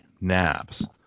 naps